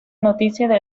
noticia